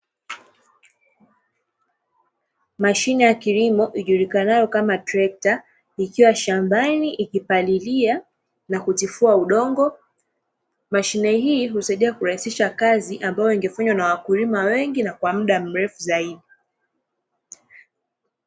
Mashine ya kilimo ijulikanayo kama trekta, ikiwa shambani ikipalilia na kutifua udongo. Mashine hii husaidia kurahisisha kazi ambayo ingefanywa na wakulima wengi na kwa muda mrefu zaidi.